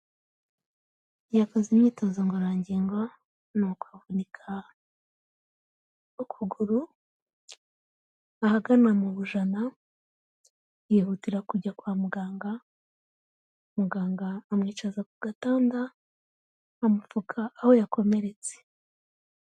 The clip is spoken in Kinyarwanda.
Yakoze imyitozo ngororangingo n'uko avunika ukuguru, ahagana mu bujana, yihutira kujya kwa muganga, muganga amwicaza ku gatanda, amupfuka aho yakomeretse.